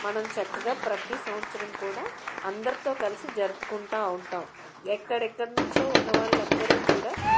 మనం చక్కగా ప్రతి సంవత్సరం కూడా అందరితో కలిసి జరుపుకుంటూ ఉంటాం ఎక్కడెక్కడి నుంచో ఉన్న వాళ్ళందరూ కూడా